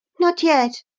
not yet,